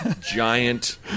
Giant